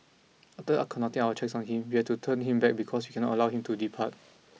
after conducting our checks on him we have to turn him back because we cannot allow him to depart